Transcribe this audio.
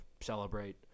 celebrate